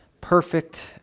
perfect